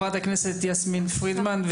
בבקשה, יסמין פרידמן.